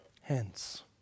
hence